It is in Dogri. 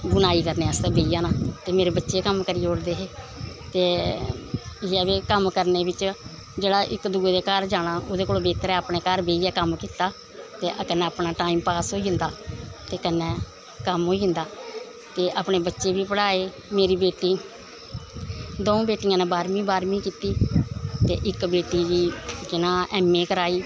बुनाई करने आस्तै बेही जाना ते मेरे बच्चे कम्म करी ओड़दे हे ते इयै भई कम्म करने बिच्च जेह्ड़ा इक दूए दे घर जाना ओह्दे कोला बेह्तर ऐ अपने घर बेहियै कम्म कीता ते कन्नै अपना टाइम पास होई जंदा ते कन्नै कम्म होई जंदा ते अपने बच्चे बी पढ़ाए मेरी बेटी द'ऊं बेटियें न बाह्रमीं बाह्रमीं कीती ते इक बेटी गी केह् नांऽ ऐम ए कराई